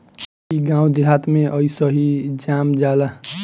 इ गांव देहात में अइसही जाम जाला